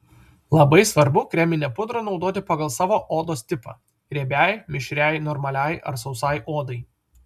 labai svarbu kreminę pudrą naudoti pagal savo odos tipą riebiai mišriai normaliai ar sausai odai